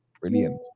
brilliant